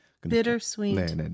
Bittersweet